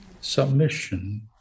submission